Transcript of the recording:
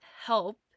help